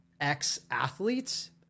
ex-athletes